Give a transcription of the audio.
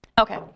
Okay